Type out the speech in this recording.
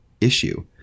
issue